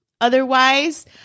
otherwise